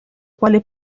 quale